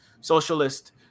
Socialist